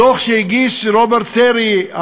בדוח שהגיש רוברט סרי,